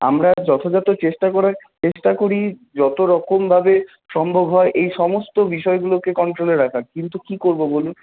আমরা যথাযথ চেষ্টা করার চেষ্টা করি যত রকমভাবে সম্ভব হয় এই সমস্ত বিষয়গুলোকে কন্ট্রোলে রাখার কিন্তু কি করবো বলুন